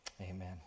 Amen